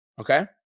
Okay